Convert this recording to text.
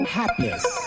happiness